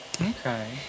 Okay